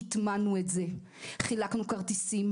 הטמענו את זה, חילקנו כרטיסים.